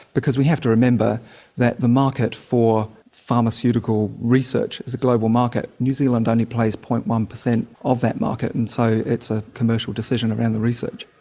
because we have to remember that the market for pharmaceutical research is a global market. new zealand only plays zero. one percent of that market, and so it's a commercial decision around the research.